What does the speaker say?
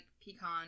pecan